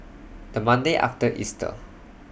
The Monday after Easter